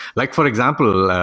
like for example,